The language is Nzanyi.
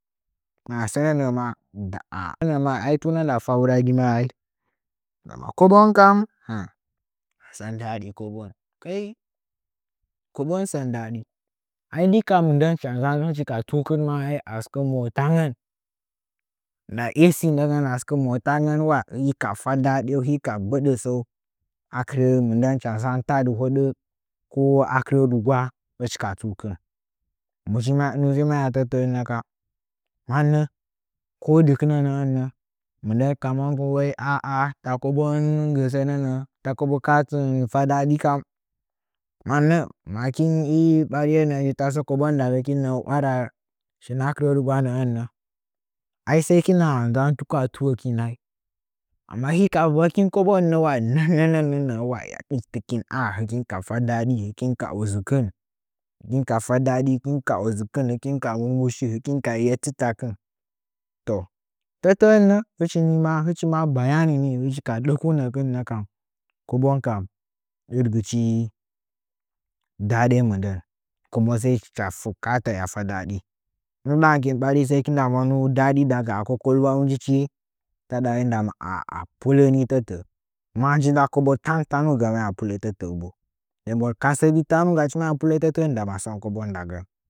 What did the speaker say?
ai tuna fa wu ra gɨ na ai nda ma kobon kam sɚm daɗikoɓon kai kobon sɚm daɗi ai ndika mɨndɚn hɨchi ka tukɨn a sɨkɚ motangɚn nda ac ndɚngɚn a sɨkɚ motangɚ ka fa ɗaɗung hɨka gbɚɗɚ sɚung wa akɨrɚ mɨndɚn hɨcha nzan tadɨ hoɗo ko a kɨrɚ rɨgwa hɨchi ka tsɨbkɨn musi maya tɚtɚ ɚ mannɚ ko dɨkɨnɚɚ nɚ mɨndɚn ka monkɨn aa ta kobongɚn gɚ sɚ nɚ ta kobo mɨkaatin ka fa ɗaɗɨ kam mannɚ makin i ɓariyenɚ’ɚ tadɨ kobo ndagɚ kin i nɚ'ɚ 'wara shin akɨrɚ rɨgwa nɚ'ɚn nɚ ai sai kɨna nzon tuku a tuwokin ai amma hika yɚkinɚ kobon nɚ waiy nɚnɚnɚ waiy hɨya ustikin kafa daɗi hɨkin ka udzɨkin hɨkin ka ɨmoshin hɨkin ka yettitakin to tɚtɚ-ɚ nɚ htchi nima hichi ma bayanini hɨchi ka ɗakunɚkɨn kobon kam hudgɨch dade mɨndɚn kuma sai cha ka ata hɨya fa dadɨ i ngɚkin ɓari sai kina monu dadi daga a kokoiwau njic taɗa ndam aaputɚ'ɚ manji nda kobon ten tanuga maya putɚtɚtɚ'ɚ bo masɚgɨ tanugachi maya pulɚtɚ bo ndama sɚn kobon ndagɚn.